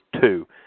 two